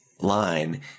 line